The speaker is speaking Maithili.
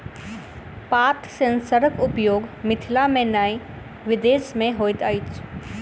पात सेंसरक उपयोग मिथिला मे नै विदेश मे होइत अछि